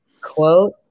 quote